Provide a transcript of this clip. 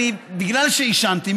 בגלל שעישנתי,